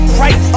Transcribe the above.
right